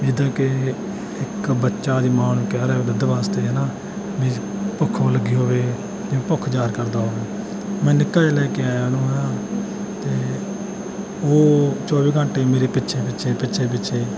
ਜਿੱਦਾਂ ਕਿ ਇੱਕ ਬੱਚਾ ਆਪਦੀ ਮਾਂ ਨੂੰ ਕਹਿ ਰਿਹਾ ਹੋਵੇ ਦੁੱਧ ਵਾਸਤੇ ਹੈ ਨਾ ਵੀ ਭੁੱਖ ਬਹੁਤ ਲੱਗੀ ਹੋਵੇ ਜਿਵੇਂ ਭੁੱਖ ਜ਼ਾਹਰ ਕਰਦਾ ਹੋਵੇ ਮੈਂ ਨਿੱਕਾ ਜਿਹਾ ਲੈ ਕੇ ਆਇਆ ਉਹਨੂੰ ਮੈਂ ਅਤੇ ਉਹ ਚੌਵੀ ਘੰਟੇ ਮੇਰੇ ਪਿੱਛੇ ਪਿੱਛੇ ਪਿੱਛੇ ਪਿੱਛੇ